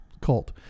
cult